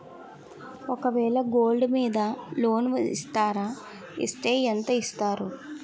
ఒక వేల గోల్డ్ మీద లోన్ ఇస్తారా? ఇస్తే ఎంత ఇస్తారు?